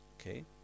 okay